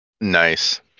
nice